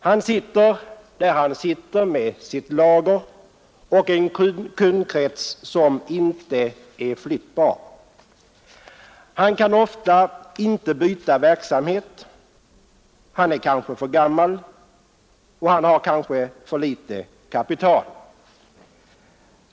Han sitter där han sitter med sitt lager och en kundkrets som inte är flyttbar. Han kan ofta inte byta verksamhet; han är kanske för gammal och han har kanske för litet kapital.